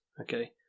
okay